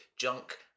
Junk